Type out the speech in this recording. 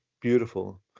beautiful